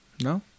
no